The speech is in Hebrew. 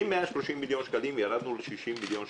מ-130 מיליון שקלים ירדנו ל-60 מיליון שקלים.